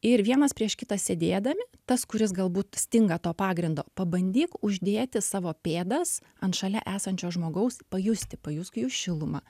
ir vienas prieš kitą sėdėdami tas kuris galbūt stinga to pagrindo pabandyk uždėti savo pėdas ant šalia esančio žmogaus pajusti pajusk jų šilumą